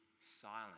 silent